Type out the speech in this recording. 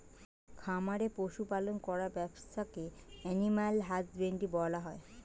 খামারে পশু পালন করার ব্যবসাকে অ্যানিমাল হাজবেন্ড্রী বলা হয়